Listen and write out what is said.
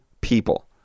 people